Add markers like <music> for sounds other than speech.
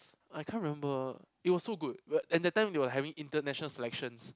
I can't remember it was so good <noise> and that time they were having international selections